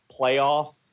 playoff